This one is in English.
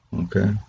okay